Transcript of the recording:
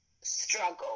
struggle